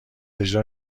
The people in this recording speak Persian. اجرا